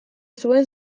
zuen